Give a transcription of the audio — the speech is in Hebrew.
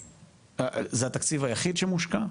אבל זה התקציב היחיד שמושקע?